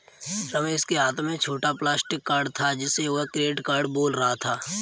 रमेश के हाथ में छोटा प्लास्टिक कार्ड था जिसे वह क्रेडिट कार्ड बोल रहा था